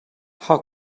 how